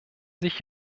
sich